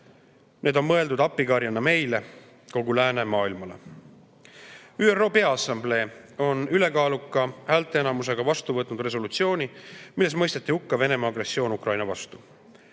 Need on mõeldud appikarjena meile, kogu läänemaailmale. ÜRO Peaassamblee on ülekaaluka häälteenamusega vastu võtnud resolutsiooni, milles mõisteti hukka Venemaa agressioon Ukraina vastu.